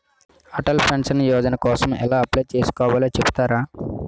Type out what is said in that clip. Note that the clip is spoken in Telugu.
అటల్ పెన్షన్ యోజన కోసం ఎలా అప్లయ్ చేసుకోవాలో చెపుతారా?